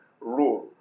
rule